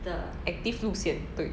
active 路线对